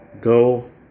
go